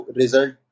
result